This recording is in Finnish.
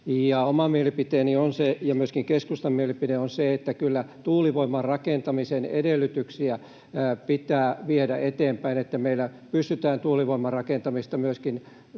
Oma mielipiteeni ja myöskin keskustan mielipide on se, että kyllä tuulivoiman rakentamisen edellytyksiä pitää viedä eteenpäin, jotta meillä pystytään tuulivoimarakentamista myöskin